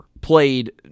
played